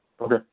Okay